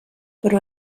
però